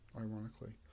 ironically